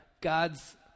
God's